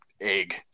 egg